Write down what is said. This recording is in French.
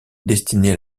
destinées